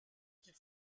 qu’il